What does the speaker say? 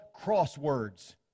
crosswords